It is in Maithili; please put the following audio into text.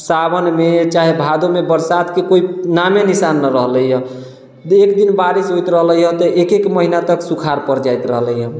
साओनमे चाहे भादवमे बरसातके कोइ नामे निशान नहि रहलैया एक दिन बारिश होइत रहलेैया तऽ एक एक महिना तक सुखाड़ पड़ि जाइत रहलैया